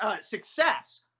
success